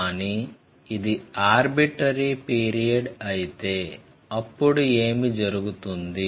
కాని ఇది arbitrary period అయితే అప్పుడు ఏమి జరుగుతుంది